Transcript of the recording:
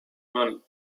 money